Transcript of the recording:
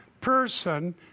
person